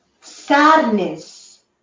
Sadness